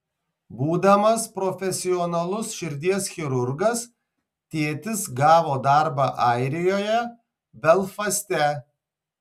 būdamas profesionalus širdies chirurgas tėtis gavo darbą airijoje belfaste